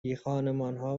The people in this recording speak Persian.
بیخانمانها